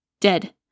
Dead